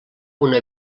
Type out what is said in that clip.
una